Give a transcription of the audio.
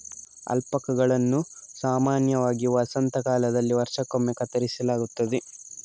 ಅಲ್ಪಾಕಾಗಳನ್ನು ಸಾಮಾನ್ಯವಾಗಿ ವಸಂತ ಕಾಲದಲ್ಲಿ ವರ್ಷಕ್ಕೊಮ್ಮೆ ಕತ್ತರಿಸಲಾಗುತ್ತದೆ